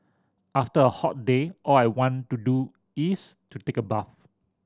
after a hot day all I want to do is to take a bath